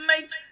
mate